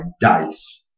dice